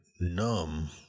numb